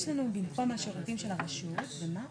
יש לנו במקום השירותים של הרשות, ומה עוד?